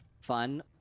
Fun